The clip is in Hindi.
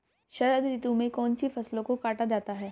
शरद ऋतु में कौन सी फसलों को काटा जाता है?